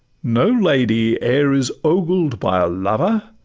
no lady e'er is ogled by a lover,